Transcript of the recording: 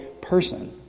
person